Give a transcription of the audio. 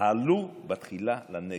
עלו בתחילה לנגב.